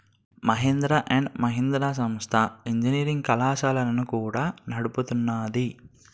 Mahindra and Mahindra సంస్థ engineering కళాశాలలను కూడా నడుపుతున్నాది